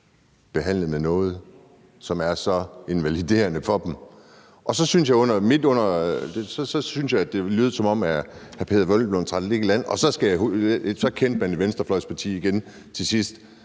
behandlet med noget, som er så invaliderende for dem. Og så synes jeg, det lød, som om hr. Peder Hvelplund trak lidt i land, men så kendte man et venstrefløjsparti igen til sidst,